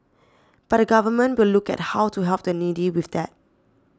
but the Government will look at how to help the needy with that